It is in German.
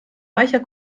weicher